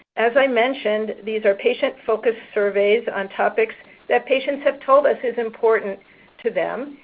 as i mentioned, these are patient-focused surveys on topics that patients have told us is important to them.